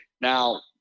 Now